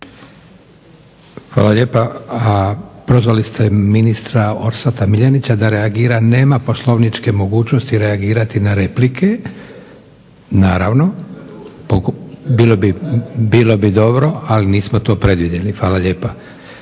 Hvala lijepa. Prozvali ste ministra Orsata Miljenića da reagira. Nema poslovničke mogućnosti reagirati na replike. Naravno. Bilo bi dobro, ali nismo to predvidjeli. Hvala lijepa.